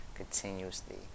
Continuously